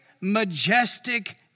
majestic